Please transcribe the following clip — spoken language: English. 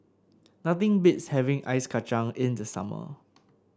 nothing beats having Ice Kachang in the summer